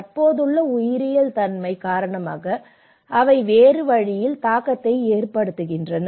தற்போதுள்ள உயிரியல் தன்மை காரணமாக அவை வேறு வழியில் தாக்கத்தை ஏற்படுத்துகின்றன